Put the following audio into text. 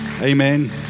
Amen